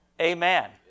Amen